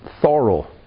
thorough